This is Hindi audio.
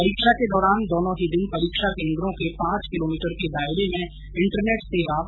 परीक्षा के दौरान दोनो ही दिन परीक्षा केन्द्रों के पांच किलोमीटर के दायरे में इंटरनेट सेवा बंद रहेगी